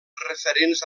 referents